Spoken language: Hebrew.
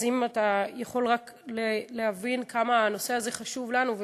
אז אם אתה יכול רק להבין כמה הנושא הזה חשוב לנו,